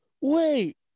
wait